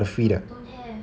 don't don't have